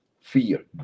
fear